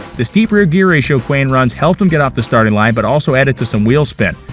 the steep rear gear ratio quain runs helped him get off the starting line, but also added to some wheel spin.